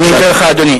לא לענות.